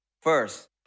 First